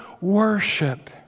worship